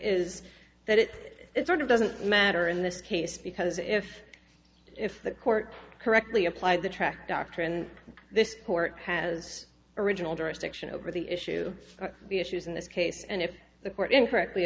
is that it is sort of doesn't matter in this case because if if the court correctly applied the track doctrine this court has original jurisdiction over the issue of the issues in this case and if the court incorrectly